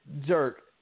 jerk